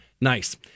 Nice